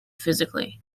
physically